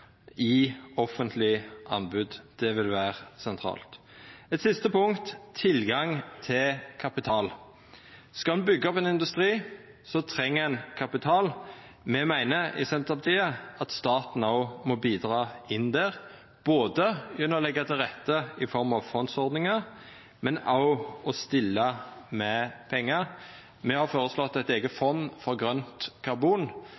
i offentlege anbod. Det vil vera sentralt. Eit siste punkt er tilgang til kapital. Skal ein byggja opp ein industri, treng ein kapital. Me i Senterpartiet meiner at staten òg må bidra her, både gjennom å leggja til rette i form av fondsordningar og å stilla med pengar. Me har føreslått eit eige